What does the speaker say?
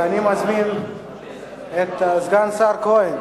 אני מזמין את סגן השר כהן